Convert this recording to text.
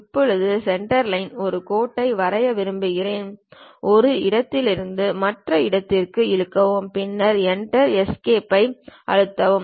இப்போது சென்டர்லைன் ஒரு கோட்டை வரைய விரும்புகிறேன் ஒரு இடத்திலிருந்து மற்ற இடத்திற்கு இழுக்கவும் பின்னர் Enter Escape ஐ அழுத்தவும்